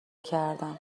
کردم